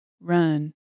Run